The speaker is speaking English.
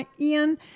Ian